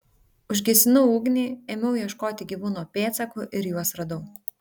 užgesinau ugnį ėmiau ieškoti gyvūno pėdsakų ir juos radau